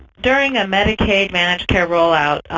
during a medicaid managed care roll-out,